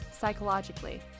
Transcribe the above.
psychologically